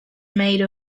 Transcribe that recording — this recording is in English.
made